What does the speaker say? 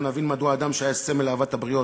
הרב אהרנפרייז,